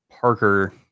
Parker